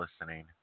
listening